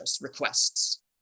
requests